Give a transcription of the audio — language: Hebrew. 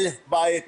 1,000 בתים,